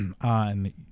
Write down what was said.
on